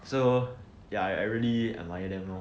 so ya I I really admire them you know